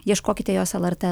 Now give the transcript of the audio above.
ieškokite jos lrt